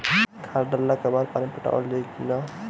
खाद डलला के बाद पानी पाटावाल जाई कि न?